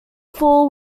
four